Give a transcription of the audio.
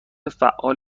فعال